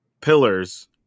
pillars